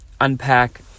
unpack